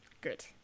Good